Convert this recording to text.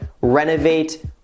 renovate